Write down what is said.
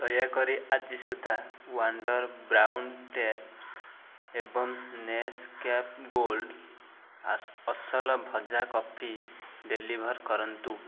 ଦୟାକରି ଆଜି ସୁଦ୍ଧା ୱାଣ୍ଡର୍ ବ୍ରାଉନ୍ ଟେପ୍ ଏବଂ ନେସ୍କ୍ୟାଫେ ଗୋଲ୍ଡ଼ ଆସ ଅସଲ ଭଜା କଫି ଡେଲିଭର୍ କରନ୍ତୁ